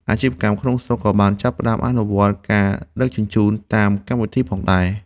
អាជីវកម្មក្នុងស្រុកក៏បានចាប់ផ្ដើមអនុវត្តការដឹកជញ្ជូនតាមកម្មវិធីផងដែរ។